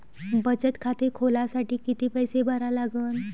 बचत खाते खोलासाठी किती पैसे भरा लागन?